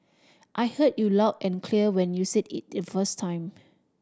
I heard you loud and clear when you said it the first time